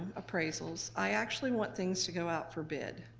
appraisals. i actually want things to go out for bid,